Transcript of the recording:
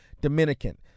Dominican